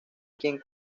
quien